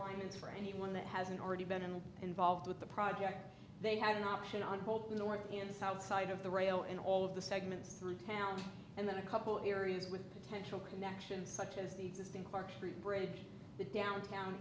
alignments for anyone that hasn't already been involved with the project they have an option on hold north and south side of the rail in all of the segments through town and then a couple areas with potential connection such as the existing clark street bridge the downtown